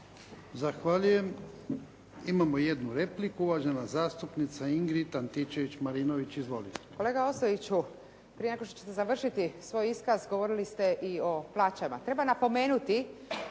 Zahvaljujem. Imamo jednu repliku. Uvažena zastupnica Ingrid Antičević-Marinović. Izvolite. **Antičević Marinović, Ingrid (SDP)** Kolega Ostojiću, prije nego što ćete završiti svoj iskaz, govorili ste i o plaćama. Treba napomenuti